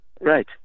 Right